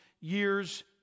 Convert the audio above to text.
years